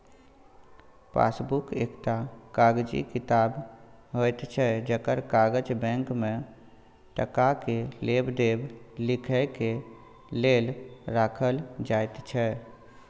passbook एकटा कागजी किताब होइत छै जकर काज बैंक में टका के लेब देब लिखे के लेल राखल जाइत छै